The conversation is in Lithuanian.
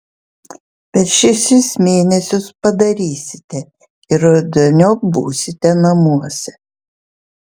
per šešis mėnesius padarysite ir rudeniop būsite namuose